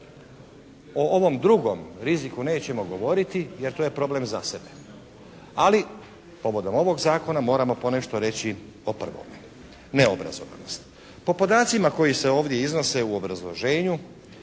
O ovom drugom riziku nećemo govoriti jer to je problem za sebe, ali povodom ovog zakona moramo ponešto reći o prvome, neobrazovanost. Po podacima koji se ovdje iznose u obrazloženju